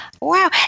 wow